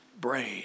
brain